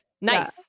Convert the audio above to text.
Nice